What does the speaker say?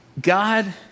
God